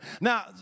Now